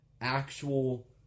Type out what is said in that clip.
actual